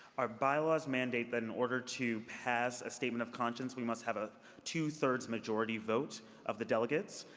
our bylaws mandate, but in order to pass a statement of conscience, we must have a two-thirds majority vote of the delegates.